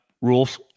rules